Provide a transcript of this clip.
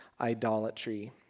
idolatry